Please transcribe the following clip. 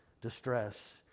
distress